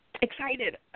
excited